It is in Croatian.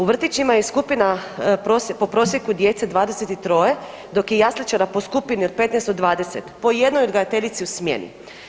U vrtićima je skupina po prosjeku djece 23 dok je jasličara po skupini od 15 do 20 po jednoj odgajateljici u smjeni.